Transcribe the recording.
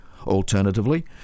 Alternatively